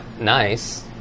nice